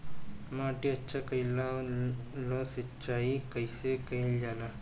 माटी अच्छा कइला ला सिंचाई कइसे कइल जाला?